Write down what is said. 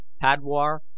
padwar